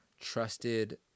trusted